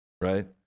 right